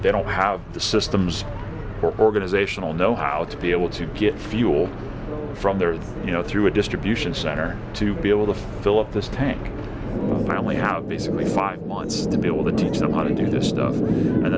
they don't have the systems or organizational know how to be able to get fuel from their you know through a distribution center to be able to fill up this tank i only have basically five months to be able to teach them how to do this stuff and